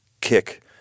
kick